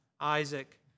Isaac